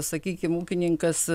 sakykim ūkininkas